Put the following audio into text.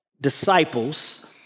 disciples